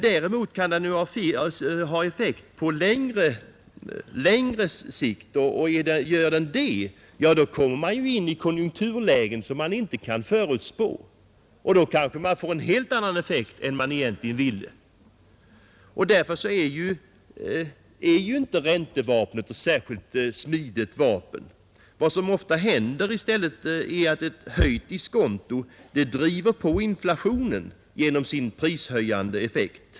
Däremot kan den ha effekt på längre sikt, och har den det kommer man in i konjunkturlägen som man inte kan förutspå och får kanske en helt annan effekt än man egentligen ville. Därför är räntevapnet inte särskilt smidigt. Vad som i stället ofta händer är att ett höjt diskonto driver på inflationen genom sin prishöjande effekt.